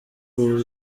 bw’u